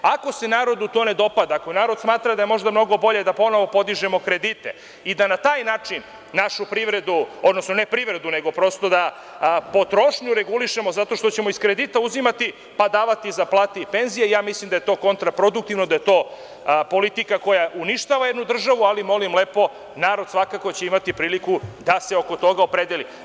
Ako se narodu to ne dopada, ako narod smatra da možda mnogo bolje da podižemo kredite i da na taj način našu privredu, odnosno ne privredu, nego prosto da potrošnju regulišemo zato što ćemo iz kredita uzimati, pa davati za plate i penzije, ja mislim da je to kontraproduktivno, da je to politika koja uništava jednu državu, ali molim lepo narod će svakako imati priliku da se oko toga opredeli.